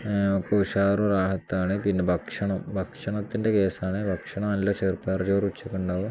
അപ്പോൾ ഉഷാർ രാഹത്താണ് പിന്നെ ഭക്ഷണം ഭക്ഷണത്തിൻ്റെ കേസാണ് ഭക്ഷണം നല്ല ചെറുപയർ ചോർ ഉച്ചക്ക് ഉണ്ടാകും